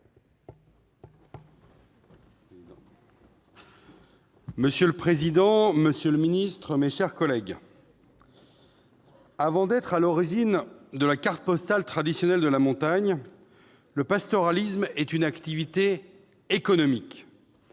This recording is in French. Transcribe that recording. Monsieur le président, monsieur le ministre, mes chers collègues, avant d'être l'origine de la carte postale traditionnelle de la montagne, le pastoralisme est une activité économique.